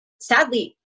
sadly